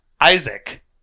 Isaac